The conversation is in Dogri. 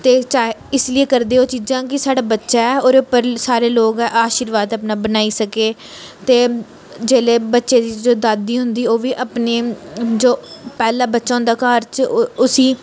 ते चाहे इसलेई करदे ओह् चीज़ां कि साढ़ा बच्चा ऐ ओह्दे उप्पर सारे लोक आर्शीबाद अपना बनाई सकन ते जेल्लै बच्चें दी जो दादी होंदी ओह् बी अपनी जो पैह्ला बच्चा होंदा घर च उसी